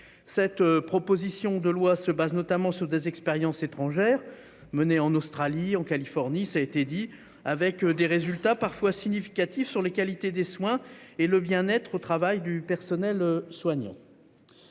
Cette proposition de loi se base notamment sur des expériences étrangères menées en Australie, en Californie, avec des résultats parfois significatifs sur la qualité des soins et le bien-être au travail du personnel soignant.